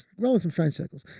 role in some strange circles.